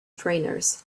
trainers